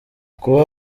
kuba